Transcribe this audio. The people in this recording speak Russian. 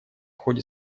ходе